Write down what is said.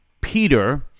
Peter